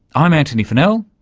i'm antony funnell,